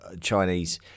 Chinese